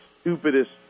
stupidest